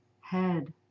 Head